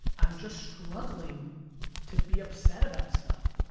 i'm just struggling to be upset about stuff.